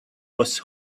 was